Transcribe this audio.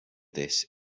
this